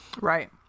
Right